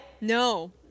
No